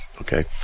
okay